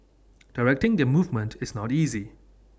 directing their movement is not easy